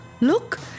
Look